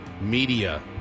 media